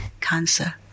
cancer